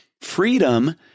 Freedom